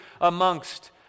amongst